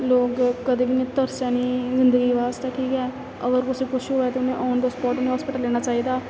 लोक कदें बी निं तरसै नेईं जिंदगी बास्तै ठीक ऐ अगर कुसै गी कुछ होऐ ते में आन द स्पाट नेंगी हास्पिटल लेना चाहिदा